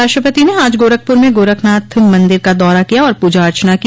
राष्ट्रपति ने आज गोरखपुर में गोरखनाथ मंदिर का दौरा किया और पूजा अर्चना की